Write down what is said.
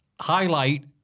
highlight